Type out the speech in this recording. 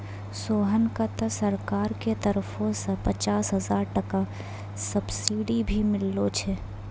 सोहन कॅ त सरकार के तरफो सॅ पचास हजार टका सब्सिडी भी मिललो छै